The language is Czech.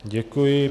Děkuji.